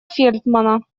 фелтмана